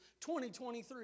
2023